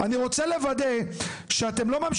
לא, יש